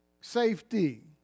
Safety